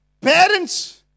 Parents